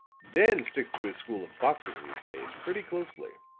dan sticks to his school of boxing these days, pretty closely.